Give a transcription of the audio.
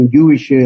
Jewish